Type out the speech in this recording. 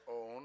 own